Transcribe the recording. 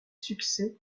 succès